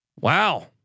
Wow